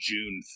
June